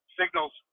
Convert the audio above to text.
signals